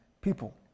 people